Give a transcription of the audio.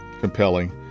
compelling